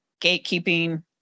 gatekeeping